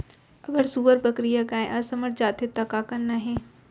अगर सुअर, बकरी या गाय असमर्थ जाथे ता का करना हे?